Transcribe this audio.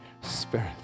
Spirit